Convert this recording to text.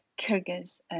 Kyrgyz